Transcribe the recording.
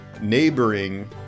neighboring